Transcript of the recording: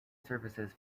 services